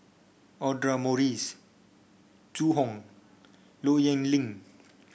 Audra Morrice Zhu Hong Low Yen Ling